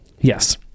Yes